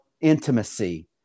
intimacy